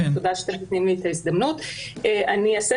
אני אמשיך